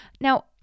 Now